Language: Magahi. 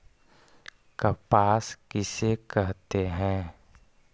कपास किसे कहते हैं?